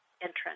entrance